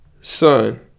Son